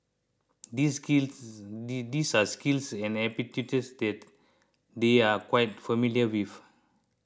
these skills these are skills and aptitudes that they are quite familiar with